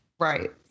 Right